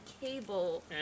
cable